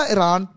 Iran